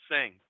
sing